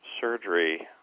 surgery